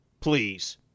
please